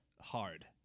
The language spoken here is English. hard